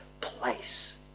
place